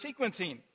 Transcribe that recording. sequencing